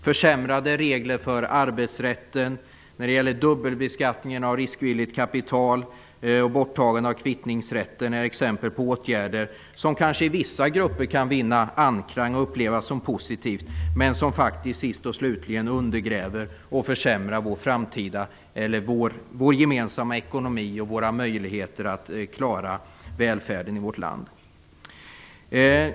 Försämrade regler inom arbetsrätten, dubbelbeskattningen av riskvilligt kapital och borttagandet av kvittningsrätten är exempel på åtgärder som kanske i vissa grupper kan vinna anklang och upplevas som positivt men som faktiskt sist och slutligen undergräver och försämrar vår gemensamma ekonomi och våra möjligheter att klara välfärden i vårt land.